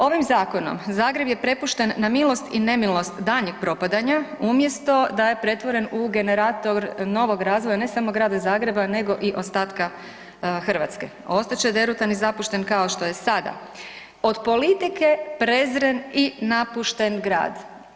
Ovim zakonom Zagreb je prepušten na milost i nemilost daljnjeg propadanja, umjesto da je pretvoren u generator novog razvoja, ne samo Grada Zagreba nego i ostatka Hrvatske, a ostat će derutan i zapušten kao što je sada, od politike prezren i napušten grad.